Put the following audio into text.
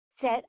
set